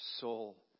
soul